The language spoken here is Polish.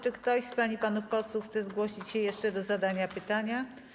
Czy ktoś z pań i panów posłów chce zgłosić się jeszcze do zadania pytania?